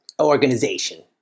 organization